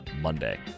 Monday